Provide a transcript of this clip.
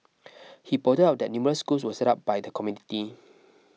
he pointed out that numerous schools were set up by the community